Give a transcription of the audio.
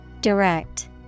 Direct